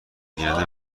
گیرنده